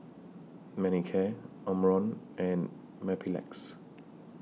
Manicare Omron and Mepilex